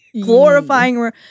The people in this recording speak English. glorifying